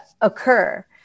occur